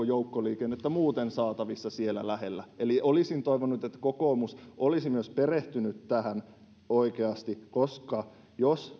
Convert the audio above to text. joukkoliikennettä muuten saatavissa siellä lähellä eli olisin toivonut että kokoomus olisi myös perehtynyt tähän oikeasti koska jos